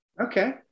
Okay